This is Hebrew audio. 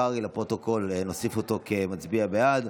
לפרוטוקול כמצביע בעד.